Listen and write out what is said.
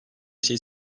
şey